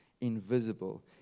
invisible